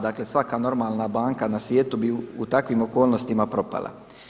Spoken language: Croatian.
Dakle svaka normalna banka na svijetu bi u takvim okolnostima propala.